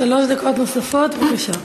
שלוש דקות נוספות, בבקשה.